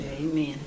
amen